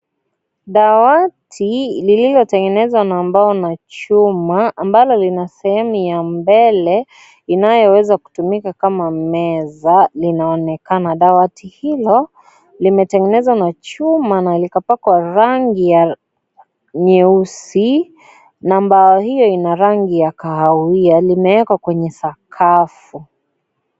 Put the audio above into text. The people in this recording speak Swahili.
Dawati lililotengenezwa na mbao na chuma ambalo lina sehemu ya mbele inayoweza kutumika kama meza linaonekana. Dawati hilo limetengenezwa na chuma na ikapakwa rangi ya nyeusi na mbao hiyo ina rangi ya kahawia limeekwa kwenye sakafu.